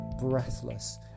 breathless